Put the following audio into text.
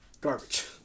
garbage